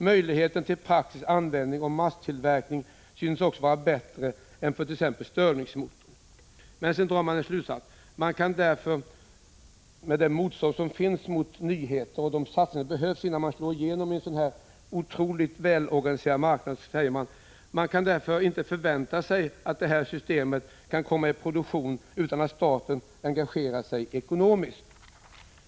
Möjligheten till praktisk användning och masstillverkning synes också vara bättre än för tex stirlingmotorn.” Sedan drar man följande slutsats, med tanke på det motstånd som finns mot nyheter och de satsningar som behövs för att slå igenom på en otroligt välorganiserad marknad: ”Man kan därför inte förvänta sig att——- ångdrivsystem kan komma i produktion utan att staten engagerar sig ekonomiskt.